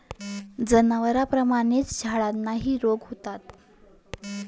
जनावरांप्रमाणेच झाडांनाही रोग होतो